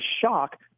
shock